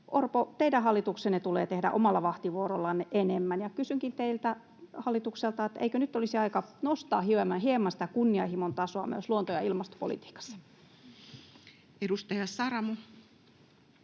Orpo, teidän hallituksenne tulee tehdä omalla vahtivuorollanne enemmän. Kysynkin teiltä, hallitukselta: eikö nyt olisi aika nostaa hieman sitä kunnianhimon tasoa myös luonto- ja ilmastopolitiikassa? [Speech